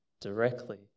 directly